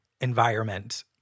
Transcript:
environment